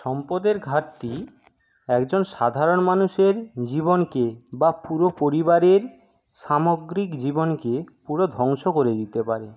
সম্পদের ঘাটতি একজন সাধারণ মানুষের জীবনকে বা পুরো পরিবারের সামগ্রিক জীবনকে পুরো ধ্বংস করে দিতে পারে